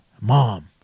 Mom